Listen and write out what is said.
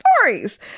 stories